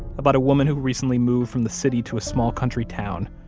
about a woman who recently moved from the city to a small country town,